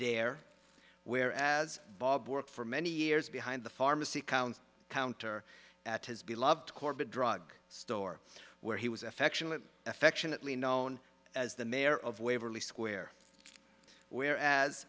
dare wear as bob worked for many years behind the pharmacy counter counter at his beloved corbett drug store where he was affectionate affectionately known as the mayor of waverly square whereas